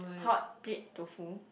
hotplate tofu